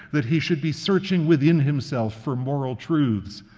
that he should be searching within himself for moral truths,